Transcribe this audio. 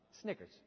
Snickers